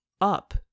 up